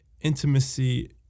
intimacy